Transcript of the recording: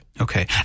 Okay